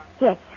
Yes